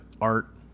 art